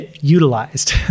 utilized